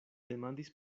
demandis